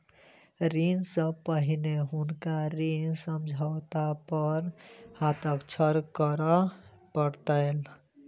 ऋण सॅ पहिने हुनका ऋण समझौता पर हस्ताक्षर करअ पड़लैन